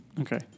Okay